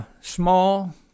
small